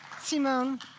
Simone